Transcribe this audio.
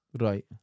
Right